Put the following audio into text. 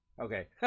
Okay